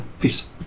Peace